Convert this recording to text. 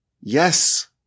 yes